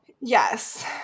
Yes